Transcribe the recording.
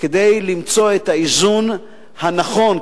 כדי למצוא את האיזון הנכון,